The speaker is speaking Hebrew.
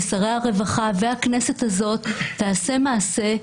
שר הרווחה והכנסת הזאת יעשו מעשה,